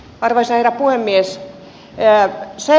arvoisa herra puhemies